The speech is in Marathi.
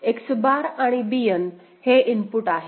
X बार आणि Bn हे इनपुट आहे